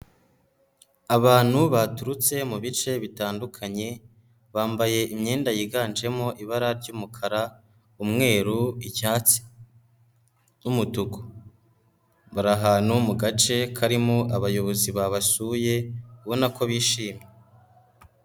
Abantu baturutse mu bice bitandukanye, bambaye imyenda yiganjemo ibara ry'umukara, umweru, icyatsi, n'umutuku, bari ahantu mu gace karimo abayobozi babashuye, ubona ko bishimye.